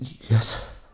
Yes